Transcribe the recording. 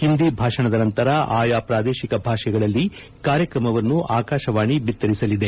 ಹಿಂದಿ ಭಾಷಣದ ನಂತರ ಆಯಾ ಪ್ರಾದೇಶಿಕ ಭಾಷೆಗಳಲ್ಲಿ ಕಾರ್ಯಕ್ರಮವನ್ನು ಆಕಾಶವಾಣಿ ಬಿತ್ತರಿಸಲಿದೆ